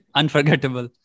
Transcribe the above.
unforgettable